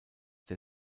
der